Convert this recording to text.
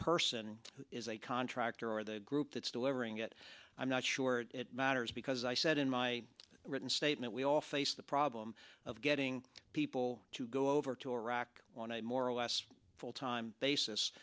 person is a contractor or the group that's delivering it i'm not sure it matters because i said in my written statement we all face the problem getting people to go over to iraq on a more or less full time basis